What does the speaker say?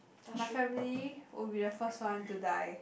my family will be the first one to die